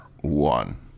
one